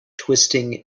twisting